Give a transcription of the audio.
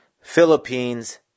Philippines